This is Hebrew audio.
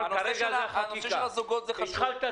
הנושא של הזוגות זה חשוב,